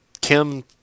Kim